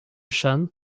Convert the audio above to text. sean